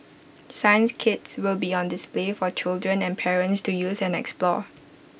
science kits will be on display for children and parents to use and explore